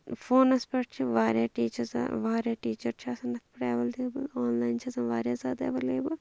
فونَس پٮ۪ٹھ چھِ واریاہ ٹیٖچرز واریاہ ٹیٖچر چھِ آسان اَتتھ پٮ۪ٹھ ایولیبل آنلاین چھِ آسان واریاہ زیادٕ ایولیبل